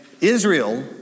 Israel